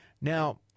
Now